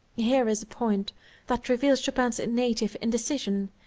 here is a point that reveals chopin's native indecision,